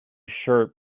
shirt